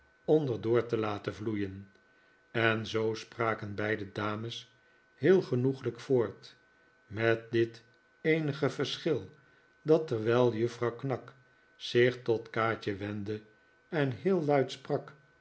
door te laten vloeien en zoo spraken beide dames heel genoeglijk voort met dit eenige verschil dat terwijl juffrouw knag zich tot kaatje wendde en heel luid sprak